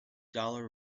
dollar